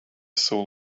soul